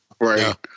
Right